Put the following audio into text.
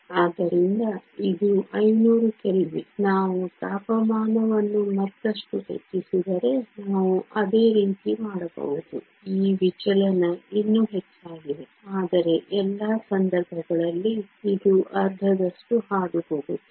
ಆದ್ದರಿಂದ ಇದು 500 ಕೆಲ್ವಿನ್ ನಾವು ತಾಪಮಾನವನ್ನು ಮತ್ತಷ್ಟು ಹೆಚ್ಚಿಸಿದರೆ ನಾವು ಅದೇ ರೀತಿ ಮಾಡಬಹುದು ಈ ವಿಚಲನ ಇನ್ನೂ ಹೆಚ್ಚಾಗಿದೆ ಆದರೆ ಎಲ್ಲಾ ಸಂದರ್ಭಗಳಲ್ಲಿ ಇದು ಅರ್ಧದಷ್ಟು ಹಾದುಹೋಗುತ್ತದೆ